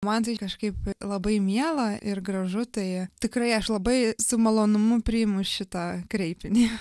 man tai kažkaip labai miela ir gražu tai tikrai aš labai su malonumu priimu šitą kreipinį